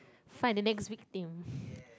find the next weak team